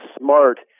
smart